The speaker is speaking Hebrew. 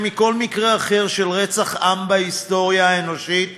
מכל מקרה אחר של רצח עם בהיסטוריה האנושית,